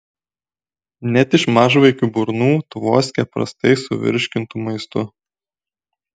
net iš mažvaikių burnų tvoskia prastai suvirškintu maistu